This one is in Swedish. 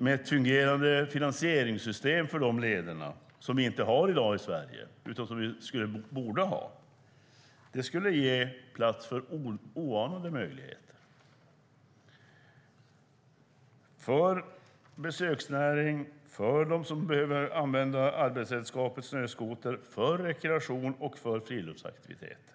och ett fungerande finansieringssystem för de lederna - som vi inte har i Sverige i dag men som vi borde ha - skulle ge plats för oanade möjligheter för besöksnäringen, för dem som behöver använda arbetsredskapet snöskoter, för rekreation och för friluftsaktiviteter.